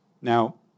Now